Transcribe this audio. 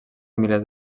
milers